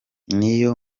niyo